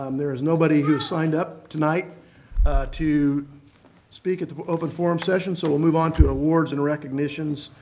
um there is nobody who signed up tonight to speak at the open forum session, so we'll move on to awards and recognitions.